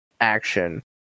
action